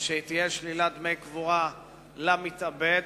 שתהיה שלילת דמי קבורה של מתאבד.